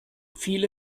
viele